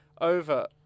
over